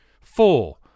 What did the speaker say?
Four